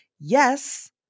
yes